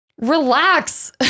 relax